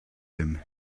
them